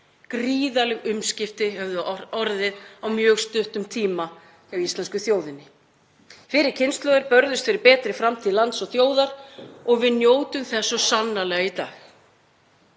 Gríðarleg umskipti höfðu orðið á mjög stuttum tíma hjá íslensku þjóðinni. Fyrri kynslóðir börðust fyrir betri framtíð lands og þjóðar og við njótum þess svo sannarlega í dag.